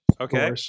okay